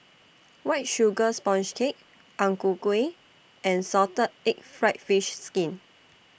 White Sugar Sponge Cake Ang Ku Kueh and Salted Egg Fried Fish Skin